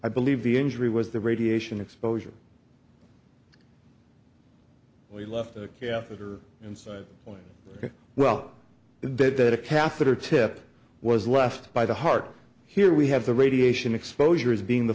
i believe the injury was the radiation exposure or he left the catheter inside or well dead that a catheter tip was left by the heart here we have the radiation exposure as being the